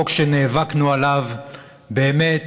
חוק שנאבקנו עליו באמת